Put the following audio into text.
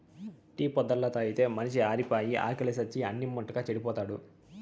tea పొద్దల్లా తాగితే మనిషి ఆరిపాయి, ఆకిలి సచ్చి అన్నిం ముట్టక చెడిపోతాడు